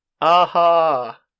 AHA